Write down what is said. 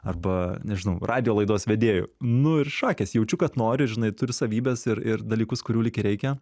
arba nežinau radijo laidos vedėju nu ir šakės jaučiu kad nori žinai turi savybes ir ir dalykus kurių lyg ir reikia